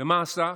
ומה עשה?